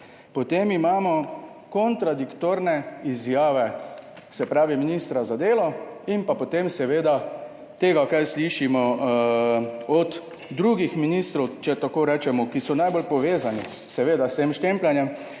Potem imamo kontradiktorne izjave ministra za delo in potem seveda to, kar slišimo od drugih ministrov, če tako rečemo, ki so najbolj povezani s tem štempljanjem.